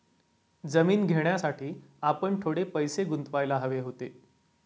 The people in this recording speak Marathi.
जमीन घेण्यासाठी आपण थोडे पैसे गुंतवायला हवे होते